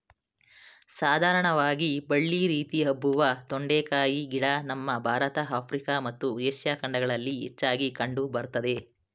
ಸಾಧಾರಣವಾಗಿ ಬಳ್ಳಿ ರೀತಿ ಹಬ್ಬುವ ತೊಂಡೆಕಾಯಿ ಗಿಡ ನಮ್ಮ ಭಾರತ ಆಫ್ರಿಕಾ ಮತ್ತು ಏಷ್ಯಾ ಖಂಡಗಳಲ್ಲಿ ಹೆಚ್ಚಾಗಿ ಕಂಡು ಬರ್ತದೆ